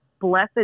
blessed